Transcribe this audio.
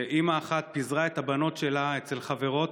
אימא אחת פיזרה את הבנות שלה אצל חברות,